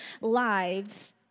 lives